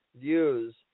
views